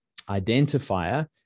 identifier